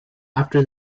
after